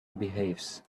behaves